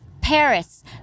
Paris